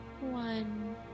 one